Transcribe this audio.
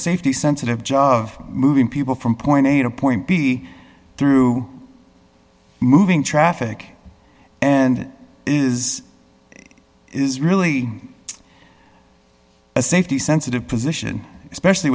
safety sensitive job of moving people from point a to point b through moving traffic and is is really a safety sensitive position especially